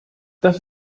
das